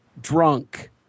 drunk